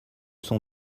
sont